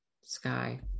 sky